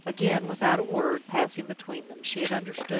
again, without a word passing between them, she had understood him.